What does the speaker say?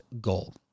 goal